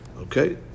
okay